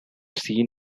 seen